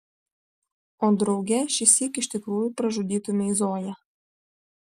o drauge šįsyk iš tikrųjų pražudytumei zoją